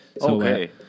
Okay